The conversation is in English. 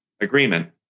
agreement